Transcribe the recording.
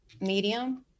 medium